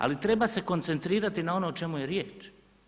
Ali treba se koncentrirati na ono o čemu je riječ.